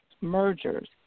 mergers